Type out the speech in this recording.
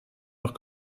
noch